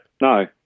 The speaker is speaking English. no